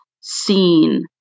seen